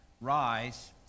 Rise